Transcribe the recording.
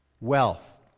wealth